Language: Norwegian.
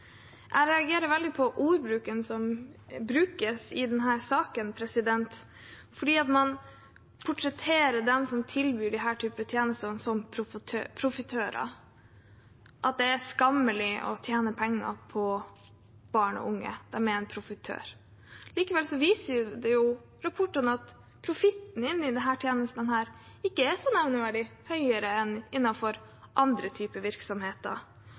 Jeg reagerer veldig på ordbruken i denne saken, for man portretterer dem som tilbyr denne typen tjenester, som profitører, at det er skammelig å tjene penger på barn og unge. De er en profitør. Likevel viser rapportene at profitten i disse tjenestene ikke er så nevneverdig høyere enn innenfor andre typer virksomheter,